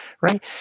Right